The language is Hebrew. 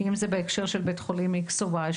אם זה בהקשר של בית חולים X או Y,